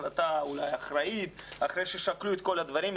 החלטה אולי אחראית אחרי ששקלו את כל הדברים,